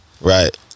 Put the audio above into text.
Right